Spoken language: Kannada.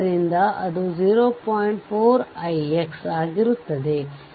ಮತ್ತು ಇತರ ಸಂದರ್ಭದಲ್ಲಿ VThevenin ಕಂಡುಹಿಡಿಯಬೇಕು